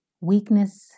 weakness